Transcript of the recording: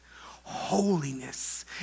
holiness